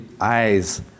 eyes